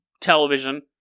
television